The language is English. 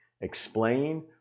explain